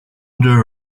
under